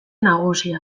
nagusia